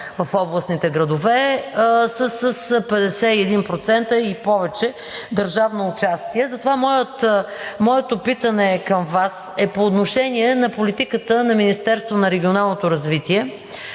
в областните градове са с 51% и повече държавно участие. Моето питане към Вас е по отношение на политиката на Министерството на регионалното развитие